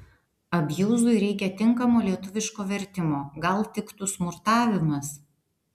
abjuzui reika tinkamo lietuviško vertimo gal tiktų smurtavimas